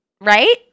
Right